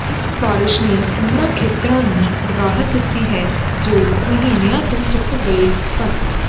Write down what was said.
ਇਸ ਬਾਰਸ਼ ਨੇ ਉਨ੍ਹਾਂ ਖੇਤਰਾਂ ਨੂੰ ਰਾਹਤ ਦਿੱਤੀ ਹੈ ਜੋ ਮਹੀਨਿਆਂ ਤੋਂ ਸੁੱਕ ਗਏ ਸਨ